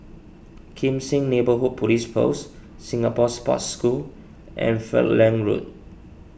Kim Seng Neighbourhood Police Post Singapore Sports School and Falkland Road